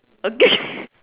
okay